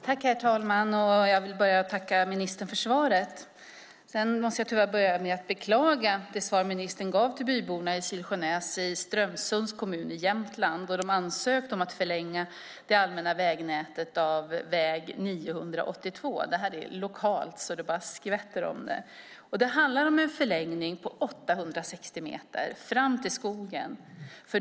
Herr talman! Jag vill börja med att tacka ministern för svaret. Sedan måste jag tyvärr beklaga det svar som ministern gav till byborna i Silsjönäs i Strömsunds kommun i Jämtland då de ansökt om att förlänga den allmänna vägen 982. Det här är lokalt så att det bara skvätter om det. Det handlar om en förlängning på 860 meter, fram till skogen.